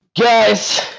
Guys